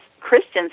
Christians